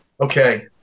Okay